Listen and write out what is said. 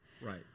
Right